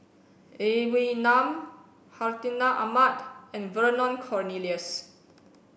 Lee Wee Nam Hartinah Ahmad and Vernon Cornelius